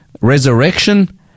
resurrection